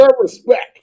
respect